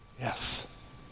Yes